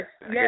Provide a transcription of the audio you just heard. yes